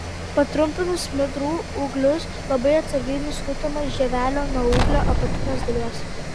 patrumpinus smidrų ūglius labai atsargiai nuskutama žievelė nuo ūglio apatinės dalies